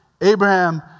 Abraham